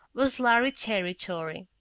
was lhari territory.